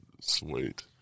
sweet